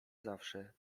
zawsze